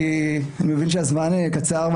כי אני מבין שהזמן קצר,